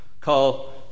call